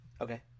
Okay